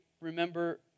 remember